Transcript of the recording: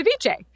ceviche